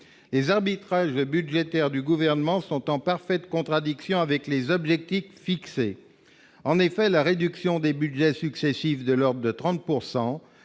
les arbitrages budgétaires du gouvernement sont en parfaite contradiction avec les objectifs fixés, en effet, la réduction des Budgets successifs de leur de 30